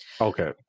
Okay